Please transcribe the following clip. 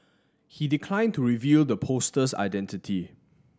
he decline to reveal the poster's identity